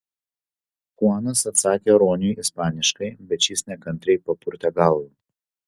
chuanas atsakė roniui ispaniškai bet šis nekantriai papurtė galvą